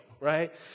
right